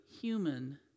human